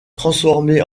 transformée